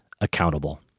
accountable